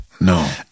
No